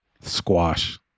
Squash